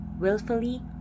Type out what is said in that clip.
willfully